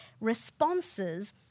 responses